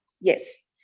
Yes